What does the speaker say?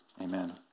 Amen